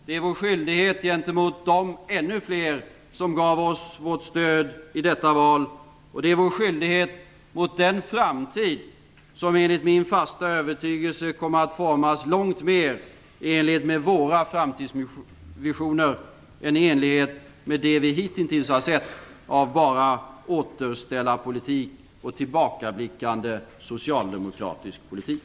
Det är vår skyldighet gentemot de ännu fler som gav oss stöd i detta val, och det är vår skyldighet mot den framtid som enligt min fasta övertygelse kommer att formas långt mer i enlighet med våra framtidsvisioner än i enlighet med det vi hitintills har sett av bara återställarpolitik och tillbakablickande socialdemokratisk politik.